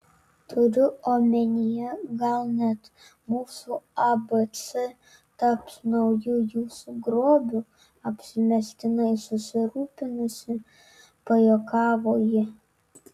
turiu omenyje gal net mūsų abc taps nauju jūsų grobiu apsimestinai susirūpinusi pajuokavo ji